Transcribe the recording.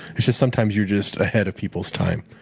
it's just sometimes you're just ahead of people's time.